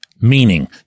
Meaning